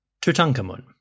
Tutankhamun